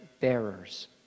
bearers